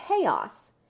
chaos